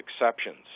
exceptions